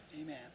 Amen